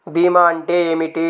భీమా అంటే ఏమిటి?